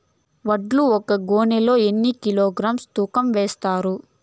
వడ్లు ఒక గోనె లో ఎన్ని కిలోగ్రామ్స్ తూకం వేస్తారు?